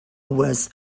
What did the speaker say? was